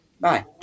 Bye